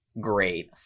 great